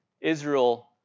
Israel